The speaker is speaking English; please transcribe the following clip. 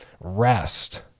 Rest